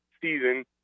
season